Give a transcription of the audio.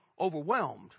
overwhelmed